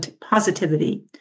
positivity